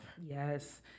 Yes